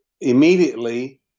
immediately